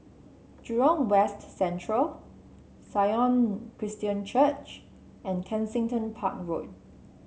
Jurong West Central Sion Christian Church and Kensington Park Road